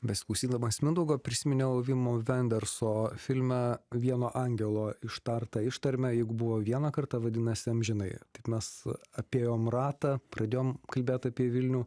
besiklausydamas mindaugo prisiminiau vimo venderso filme vieno angelo ištartą ištarmę jeigu buvo vieną kartą vadinasi amžinai taip mes apėjom ratą pradėjom kalbėt apie vilnių